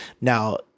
Now